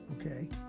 okay